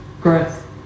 growth